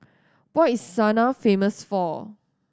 what is Sanaa famous for